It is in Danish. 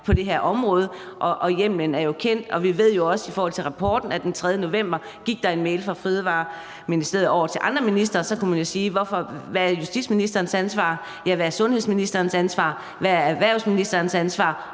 på det her område, og hjemmelen er jo kendt, og vi ved også i forhold til rapporten, at der den 3. november gik en mail fra Fødevareministeriet over til andre ministre, og så kunne man jo sige: Hvad er justitsministerens ansvar, hvad er sundhedsministerens ansvar, hvad er erhvervsministerens ansvar